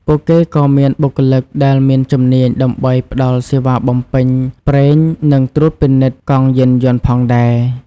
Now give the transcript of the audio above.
ពួកគេក៏មានបុគ្គលិកដែលមានជំនាញដើម្បីផ្តល់សេវាបំពេញប្រេងនិងត្រួតពិនិត្យកង់យានយន្តផងដែរ។